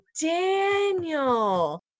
Daniel